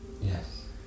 Yes